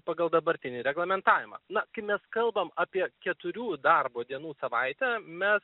pagal dabartinį reglamentavimą na kai mes kalbam apie keturių darbo dienų savaitę mes